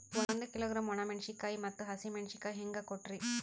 ಒಂದ ಕಿಲೋಗ್ರಾಂ, ಒಣ ಮೇಣಶೀಕಾಯಿ ಮತ್ತ ಹಸಿ ಮೇಣಶೀಕಾಯಿ ಹೆಂಗ ಕೊಟ್ರಿ?